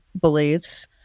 beliefs